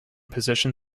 position